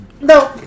No